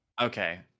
okay